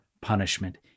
punishment